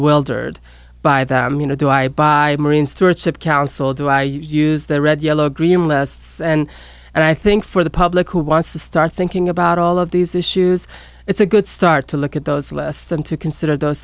ildered by them you know do i buy marine stewardship council do i use the red yellow green lusts and and i think for the public who wants to start thinking about all of these issues it's a good start to look at those less than to consider those